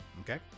Okay